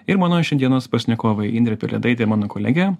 ir mano šiandienos pašnekovai indrė pelėdaitė mano kolegė